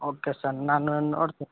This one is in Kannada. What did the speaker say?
ಓಕೆ ಸರ್ ನಾನು ನೋಡ್ತೀನಿ